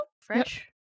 fresh